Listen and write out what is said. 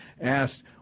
asked